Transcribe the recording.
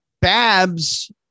Babs